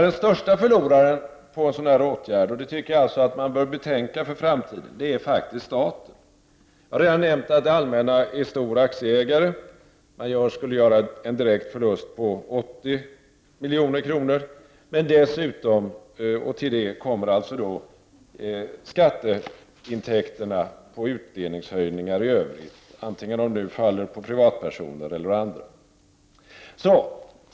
Den största förloraren på en sådan här åtgärd — det tycker jag att man bör betänka inför framtiden — är faktiskt staten. Jag har redan nämnt att det allmänna är en stor aktieägare. Man skulle göra en direkt förlust på 80 milj.kr. Till det kommer skatteintäkterna på utdelningshöjningar i övrigt, vare sig de nu faller på privatpersoner eller andra.